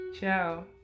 Ciao